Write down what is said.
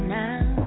now